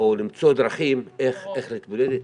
או למצוא דרכים איך להתמודד איתם.